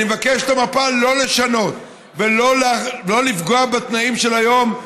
אני מבקש את המפה לא לשנות ולא לפגוע בתנאים של היום,